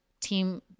team